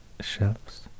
shelves